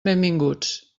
benvinguts